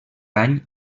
any